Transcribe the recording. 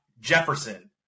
Jefferson